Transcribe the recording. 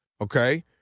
okay